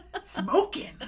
Smoking